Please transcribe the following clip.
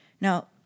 Now